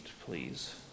Please